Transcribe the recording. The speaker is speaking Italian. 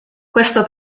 questo